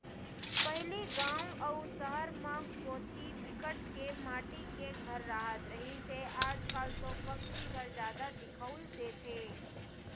पहिली गाँव अउ सहर म कोती बिकट के माटी के घर राहत रिहिस हे आज कल तो पक्की घर जादा दिखउल देथे